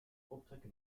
optrekken